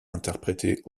interpréter